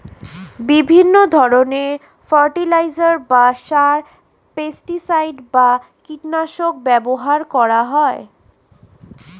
বিভিন্ন ধরণের ফার্টিলাইজার বা সার, পেস্টিসাইড বা কীটনাশক ব্যবহার করা হয়